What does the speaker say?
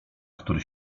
który